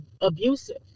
abusive